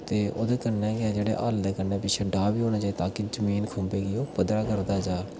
ते ओह्दे कन्नै गै जेह्ड़े हल्ल हल्ल दे कन्नै पिच्छै डाह् बी होना चाहिदा ता कि जमीन खुंबै गी ओह् पद्धरा करदा जा